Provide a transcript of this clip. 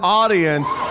audience